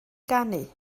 ganu